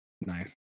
Nice